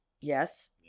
Yes